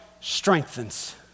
strengthens